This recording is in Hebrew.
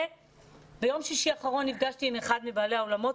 ביום שישי האחרון נפגשתי עם אחד מבעלי האולמות.